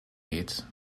geht